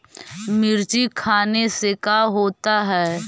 मिर्ची खाने से का होता है?